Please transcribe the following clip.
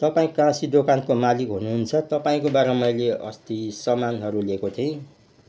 तपाईँ काशी दोकानको मालिक हुनुहुन्छ तपाईँकोबाट मैले अस्ति सामानहरू लिएको थिएँ